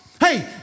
Hey